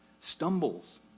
Stumbles